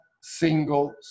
single